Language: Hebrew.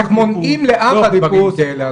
איך מונעים להבא דברים כאלה.